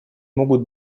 могут